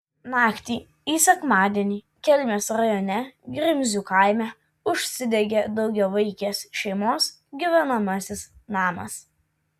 naktį į sekmadienį kelmės rajone grimzių kaime užsidegė daugiavaikės šeimos gyvenamasis namas